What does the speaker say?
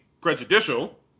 prejudicial